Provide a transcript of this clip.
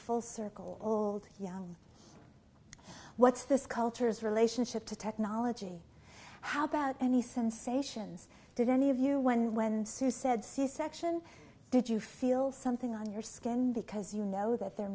full circle old young what's this culture's relationship to technology how about any sensations did any of you when when sue said c section did you feel something on your skin because you know that they're